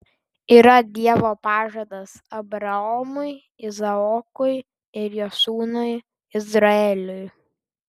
yra dievo pažadas abraomui izaokui ir jo sūnui izraeliui